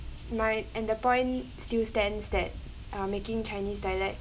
mine and the point still stands that uh making chinese dialect